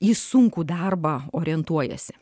į sunkų darbą orientuojasi